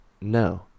no